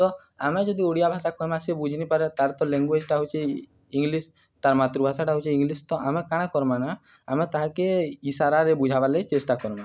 ତ ଆମେ ଯଦି ଓଡ଼ିଆ ଭାଷା କହିମା ସେ ବୁଝିନି ପାରେ ତାର ତ ଲେଙ୍ଗୁଏଜଟା ହଉଛି ଇଂଲିଶ ତାର ମାତୃଭାଷାଟା ହଉଚି ଇଂଲିଶ ତ ଆମେ କାଣା କର୍ମା ନା ଆମେ ତାହାକେ ଇ ସାରାରେ ବୁଝାବାର୍ ଲାଗ ଚେଷ୍ଟା କର୍ମା